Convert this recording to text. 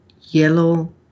yellow